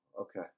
Okay